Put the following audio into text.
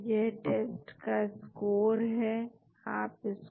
तो हमारे पास यह 4 विशेषताएं हैं हम यह पता लगा सकते हैं कि क्या वे विशेषताएं सही हैं